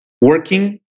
working